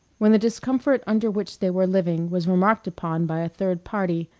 when the discomfort under which they were living was remarked upon by a third party,